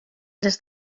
les